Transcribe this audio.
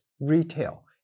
retail